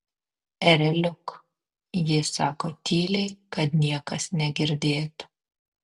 ereliuk ji sako tyliai kad niekas negirdėtų